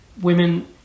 women